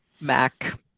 Mac